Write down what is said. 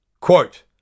Quote